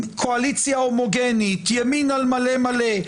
קואליציה הומוגנית ימין מלא על מלא,